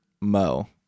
Mo